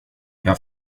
jag